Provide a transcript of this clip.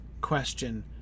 question